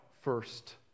first